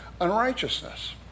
unrighteousness